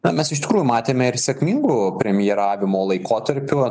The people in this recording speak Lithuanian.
na mes iš tikrųjų matėme ir sėkmingų premjeravimo laikotarpių